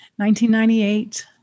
1998